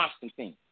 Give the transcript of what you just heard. Constantine